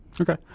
Okay